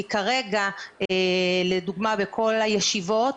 כי כרגע לדוגמה בכל הישיבות,